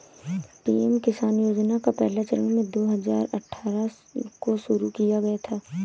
PM Kisan योजना का पहला चरण दो हज़ार अठ्ठारह को शुरू किया गया था